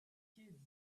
kids